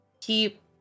keep